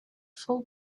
full